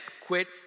quit